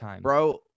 Bro